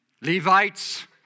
Levites